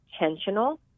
intentional